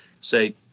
say